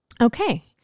Okay